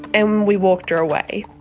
and we walked her away.